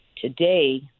Today